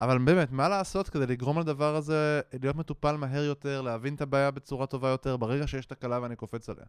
אבל באמת, מה לעשות כדי לגרום לדבר הזה להיות מטופל מהר יותר, להבין את הבעיה בצורה טובה יותר ברגע שיש תקלה ואני קופץ עליה?